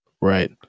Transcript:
Right